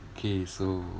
K so